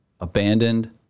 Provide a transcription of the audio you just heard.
abandoned